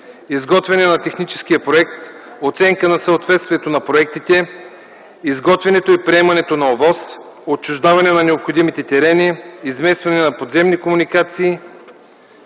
изготвяне на техническия проект, оценка на съответствието на проектите, изготвяне и приемане на ОВОС, отчуждаване на необходимите терени, изместване на подземни комуникации,